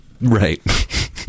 Right